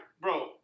bro